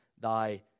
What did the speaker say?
thy